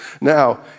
Now